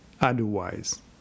otherwise